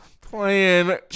Playing